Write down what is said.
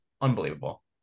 unbelievable